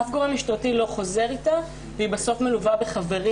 אף גורם משטרתי לא מלווה אותה והיא בסוף מלווה בחברים